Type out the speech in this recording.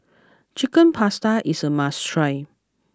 Chicken Pasta is a must try